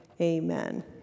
amen